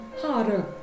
harder